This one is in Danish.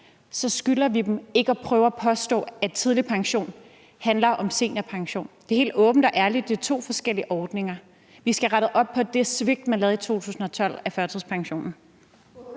skylder vi at ikke prøve at påstå, at tidlig pension handler om seniorpension. Det er helt åbent og ærligt jo to forskellige ordninger. Vi skal have rettet op på det svigt, man lavede i 2012 af førtidspensionen.